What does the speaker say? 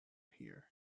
here